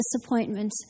disappointment